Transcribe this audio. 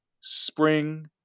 spring